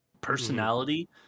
personality